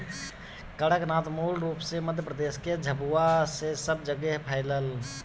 कड़कनाथ मूल रूप से मध्यप्रदेश के झाबुआ से सब जगेह फईलल